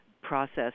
process